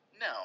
No